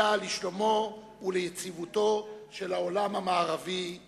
אלא לשלומו וליציבותו של העולם המערבי כולו.